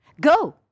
Go